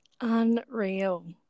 Unreal